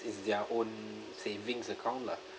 it's their own savings account lah